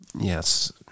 Yes